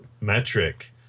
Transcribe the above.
metric